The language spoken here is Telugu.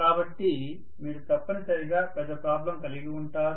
కాబట్టి మీరు తప్పనిసరిగా పెద్ద ప్రాబ్లెమ్ కలిగి ఉంటారు